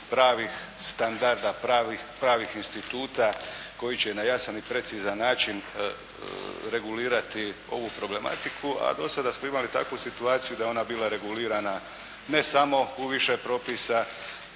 pravih standarda, pravih instituta koji će na jasan i precizan način regulirati ovu problematiku, a do sada smo imali takvu situaciju da je ona bila regulirana ne samo u više propisa